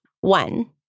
One